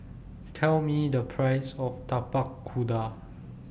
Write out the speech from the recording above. Tell Me The Price of Tapak Kuda